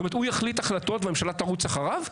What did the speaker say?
כלומר שהוא יחליט החלטות והממשלה תרוץ אחריו?